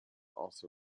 also